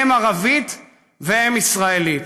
אם ערבית היא ואם ישראלית.